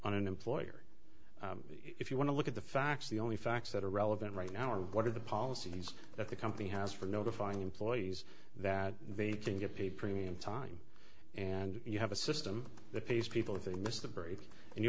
on an employer if you want to look at the facts the only facts that are relevant right now are what are the policies that the company has for notifying employees that they can get paid premium time and you have a system that pays people if they miss the break and you